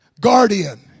guardian